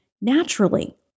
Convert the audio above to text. naturally